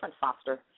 foster